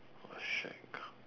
!wah! shagged